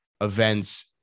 events